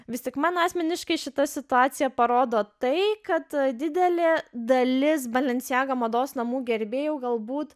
vis tik man asmeniškai šita situacija parodo tai kad didelė dalis balincijaga mados namų gerbėjų galbūt